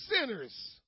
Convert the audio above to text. sinners